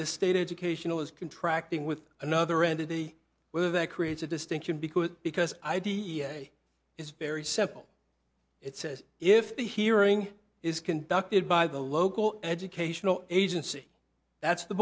the state educational is contract in with another entity whether that creates a distinction because because i d n a is very simple it says if the hearing is conducted by the local educational agency that's the